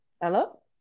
Hello